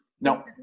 No